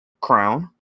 crown